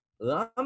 Lam